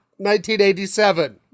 1987